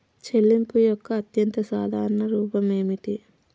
చెల్లింపు యొక్క అత్యంత సాధారణ రూపం ఏమిటి?